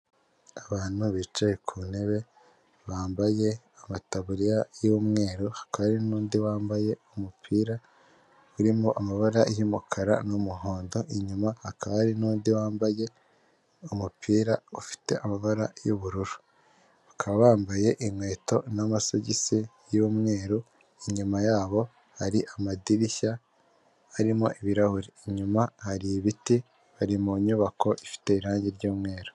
Abantu bicaye ku ntebe bambaye amataburiya y'umweru hakaba hari n'undi wambaye umupira urimo amabara y'umukara n'umuhondo inyuma hakaba hari n'undi wambaye umupira ufite amabara y'ubururu bakaba bambaye inkweto n'amasogisi y'umweru, inyuma yabo hari amadirishya arimo ibirahuri, inyuma hari ibiti bari mu nyubako ifite irangi ry'umweru.